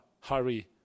hurry